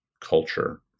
culture